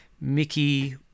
Mickey